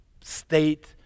state